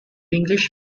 english